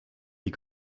die